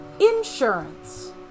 insurance